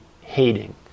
hating